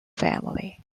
family